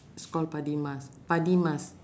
it's called padi emas padi emas